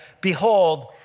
behold